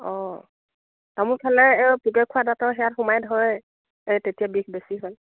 অঁ তামোল খালে পোকে খোৱা দাঁত সেয়াত সোমাই ধৰে এই তেতিয়া বিষ বেছি হয়